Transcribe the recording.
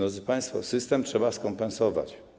Drodzy państwo, system trzeba skompensować.